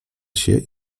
się